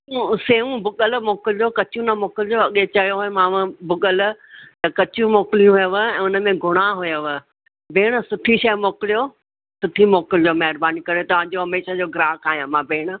सेऊं भुॻल मोकिलिजो कचियूं न मोकिलिजो अॻे चयोमांव भुॻल त कचियूं मोकिलियूं हुयव ऐं हुन में घुणा हुयव भेण सुठी शइ मोकिलियो सुठी मोकिलिजो महिरबानी करे तव्हांजो हमेशह जो ग्राहक आहियां मां भेण